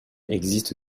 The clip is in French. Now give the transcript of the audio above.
existe